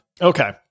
Okay